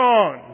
on